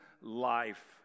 life